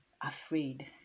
afraid